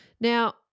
Now